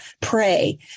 pray